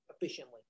efficiently